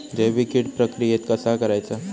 जैविक कीड प्रक्रियेक कसा करायचा?